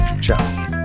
Ciao